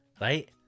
right